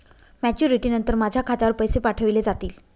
Maturity नंतर माझ्या खात्यावर पैसे पाठविले जातील?